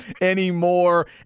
anymore